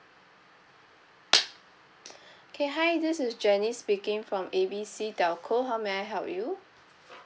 okay hi this is jenny speaking from A B C telco how may I help you